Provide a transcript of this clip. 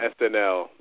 SNL